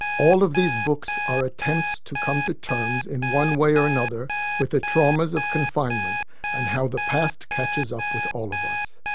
all of these books are attempts to come to terms, in one way or another, with the traumas of confinement and how the past catches up with all of us.